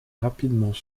rapidement